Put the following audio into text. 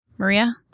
Maria